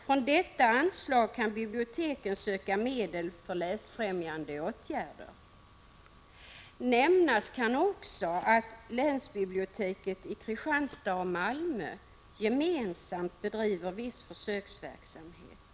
Från detta anslag kan biblioteken söka medel för läsfrämjande åtgärder. Nämnas kan också att länsbiblioteket i Kristianstad och Malmö gemensamt bedriver viss försöksverksamhet.